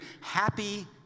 Happy